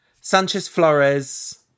Sanchez-Flores